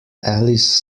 alice